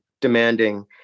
demanding